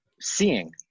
seeing